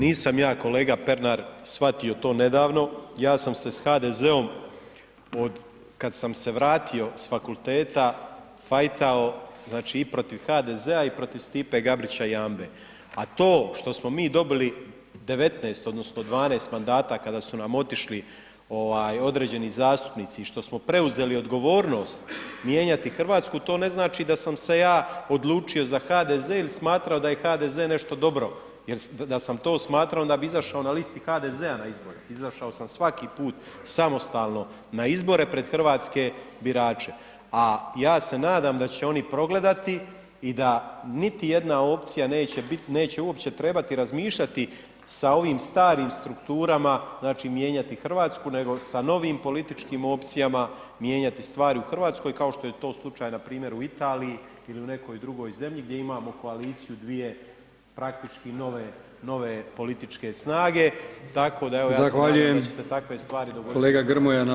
Dakle, nisam ja kolega Pernar shvatio to nedavno, ja sam se s HDZ-om od kad sam se vratio s fakulteta fajtao, znači, i protiv HDZ-a i protiv Stipe Gabrića Jambe, a to što smo mi dobili 19 odnosno 12 mandata kada su nam otišli određeni zastupnici i što smo preuzeli odgovornost mijenjati RH, to ne znači da sam se ja odlučio za HDZ ili smatrao da je HDZ nešto dobro, jer da sam to smatrao onda bi izašao na listi HDZ-a na izbore, izašao sam svaki put samostalno na izbore pred hrvatske birače, a ja se nadam da će oni progledati i da niti jedna opcija neće uopće trebati razmišljati sa ovim starim strukturama, znači, mijenjati RH, nego sa novim političkim opcijama mijenjati stvari u RH, kao što je to slučaj npr. u Italiji ili u nekoj drugoj zemlji gdje imamo koaliciju dvije praktički nove političke snage, tako da evo [[Upadica: Zahvaljujem…]] ja se nadam da će se takve stvari dogoditi